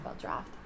draft